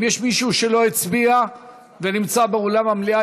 אם יש מישהו שלא הצביע ונמצא באולם המליאה,